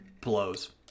blows